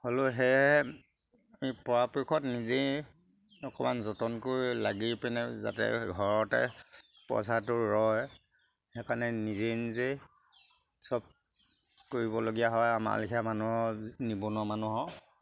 হ'লেও সেয়েহে আমি পৰাপক্ষত নিজেই অকণমান যতনকৈ লাগি পিনে যাতে ঘৰতে পইচাটো ৰয় সেইকাৰণে নিজেই নিজেই চব কৰিবলগীয়া হয় আমাৰলেখীয়া মানুহৰ নিবনুৱা মানুহৰ